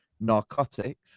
narcotics